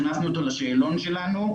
הכנסנו אותו לשאלות שלנו.